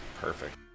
Perfect